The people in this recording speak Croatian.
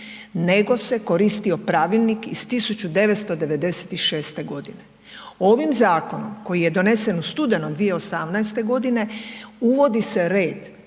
nego se koristio pravilnik iz 1996. godine. Ovim zakonom koji je donesen u studenom 2018. godine uvodi se red,